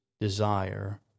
desire